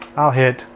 i'll hit.